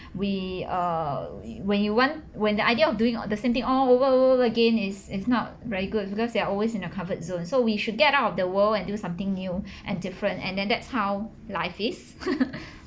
we uh we when you want when the idea of doing the same thing all over over over over again is is not very good because they are always in the comfort zone so we should get out of the world and do something new and different and then that's how life is